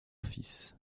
fils